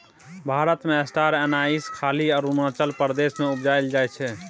भारत मे star anise खाली अरुणाचल प्रदेश मे उपजाएल जाइ छै